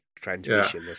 transmission